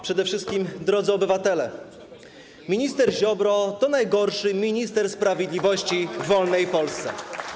Przede wszystkim drodzy obywatele, minister Ziobro to najgorszy minister sprawiedliwości w wolnej Polsce.